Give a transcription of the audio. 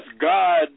God